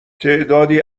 تعدادی